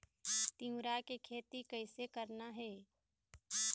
तिऊरा के खेती कइसे करना हे?